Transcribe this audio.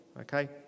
okay